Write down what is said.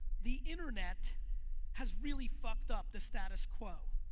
the internet has really fucked up the status quo.